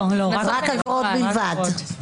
רק אגרות בלבד.